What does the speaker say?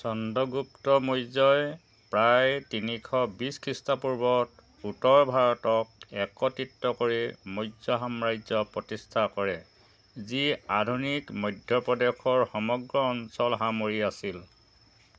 চন্দ্ৰগুপ্ত মৌৰ্যই প্ৰায় তিনিশ বিছ খ্ৰীষ্টপূৰ্বত উত্তৰ ভাৰতক একত্ৰিত কৰি মৌৰ্য সাম্ৰাজ্য প্ৰতিষ্ঠা কৰে যি আধুনিক মধ্য প্ৰদেশৰ সমগ্ৰ অঞ্চল সামৰি আছিল